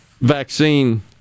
vaccine